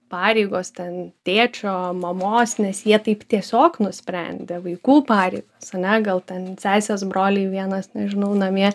pareigos ten tėčio mamos nes jie taip tiesiog nusprendė vaikų pareiga ane gal ten sesės broliai vienas nežinau namie